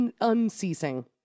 unceasing